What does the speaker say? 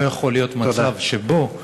לא יכול להיות מצב שבו,